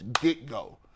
get-go